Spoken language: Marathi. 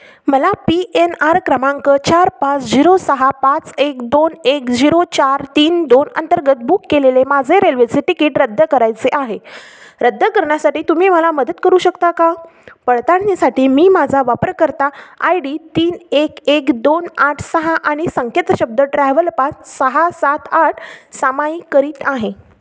मला पी एन आर क्रमांक चार पाच झिरो सहा पाच एक दोन एक झिरो चार तीन दोन अंतर्गत बुक केलेले माझे रेल्वेचे तिकीट रद्द करायचे आहे रद्द करण्यासाठी तुम्ही मला मदत करू शकता का पडताळणीसाठी मी माझा वापरकर्ता आय डी तीन एक एक दोन आठ सहा आणि संकेतशब्द ट्रॅव्हल पाच सहा सात आठ सामाईक करीत आहे